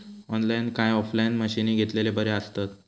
Online काय offline मशीनी घेतलेले बरे आसतात?